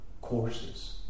courses